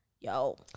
Yo